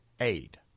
aid